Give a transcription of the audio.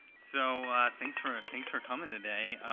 so thanks for thanks for coming today.